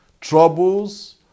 troubles